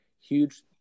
huge